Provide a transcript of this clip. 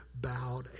bowed